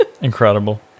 Incredible